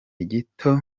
gito